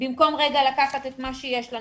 במקום לקחת את מה שיש לנו.